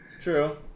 True